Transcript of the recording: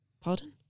pardon